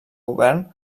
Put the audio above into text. govern